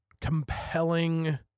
compelling